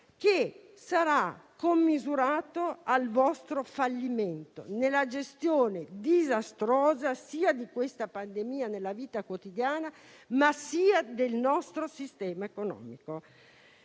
e sarà commisurato al vostro fallimento nella gestione disastrosa sia di questa pandemia nella vita quotidiana, sia del nostro sistema economico.